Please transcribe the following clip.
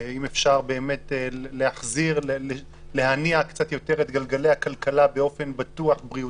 אם אפשר להניע קצת יותר את גלגלי הכלכלה באופן בטוח בריאותית,